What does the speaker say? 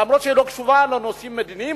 אף-על-פי שהיא לא קשובה בנושאים מדיניים,